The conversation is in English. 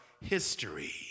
history